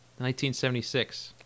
1976